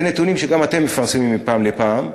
אלה נתונים שגם אתם מפרסמים מפעם לפעם,